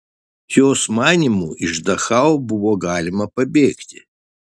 jos manymu iš dachau buvo galima pabėgti